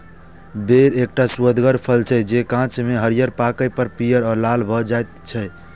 बेर एकटा सुअदगर फल छियै, जे कांच मे हरियर आ पाके पर पीयर आ लाल भए जाइ छै